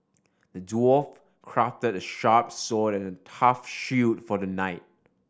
the dwarf crafted a sharp sword and a tough shield for the knight